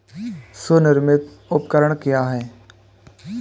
स्वनिर्मित उपकरण क्या है?